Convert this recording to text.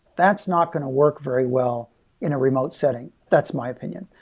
that's not going to work very well in a remote setting. that's my opinion.